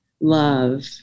love